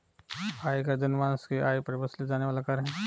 आयकर जनमानस के आय पर वसूले जाने वाला कर है